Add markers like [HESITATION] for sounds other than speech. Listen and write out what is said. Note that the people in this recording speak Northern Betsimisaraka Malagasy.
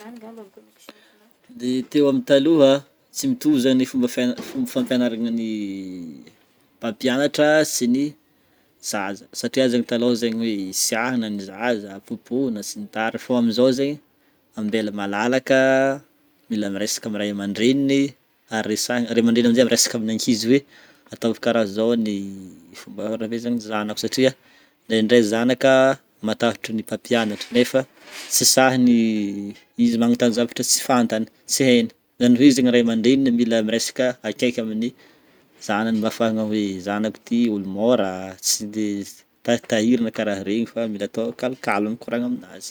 [NOISE] De teo amin'ny taloha, tsy mitovy zany ny fomba fiana- fomba fampianaragnan'ny [HESITATION] mpampianatra sy ny zaza satria zegny talôha zegny hoe siahina ny zaza, popohana sy ny tariny fô amizô zegny ambela malalaka, mila miresaka amin'ny ray amandreniny ary resahi- ray amandreny am'zay miresaka amin'ny ankizy hoe ataovy karaha zao ny [HESITATION] fomba anabeazan'ny zanako satria ndraindray zanaka matahotra ny mpampianatra nefa tsy sahiny [HESITATION] izy magnontany zavatra tsy fantany, tsy hainy zany hoe zegny ray amandreniny mila miresaka akaiky amin'ny zanany mba afahagna hoe zanako ty ôlo môra, tsy de [HESITATION] tahitahirina karahan'iregny fa mila atao cal-calme mikoragna aminazy.